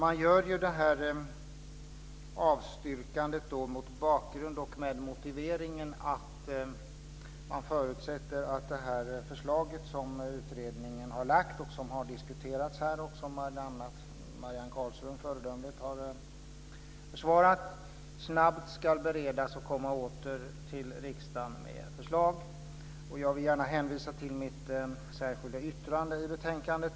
Utskottet avstyrker med motiveringen att man förutsätter att det förslag som utredningen har lagt fram och som har diskuterats här - och som bl.a. Marianne Carlström föredömligt har försvarat - snabbt ska beredas och att regeringen ska återkomma till riksdagen med förslag. Jag vill gärna hänvisa till mitt särskilda yttrande i betänkandet.